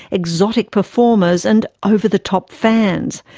exotic performers and over-the-top fans.